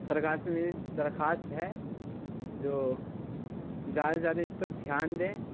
سرکار سے میری درخواست ہے جو زیادہ سے زیادہ اس پر دھیان دیں